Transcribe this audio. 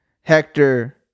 Hector